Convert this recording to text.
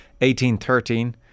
18-13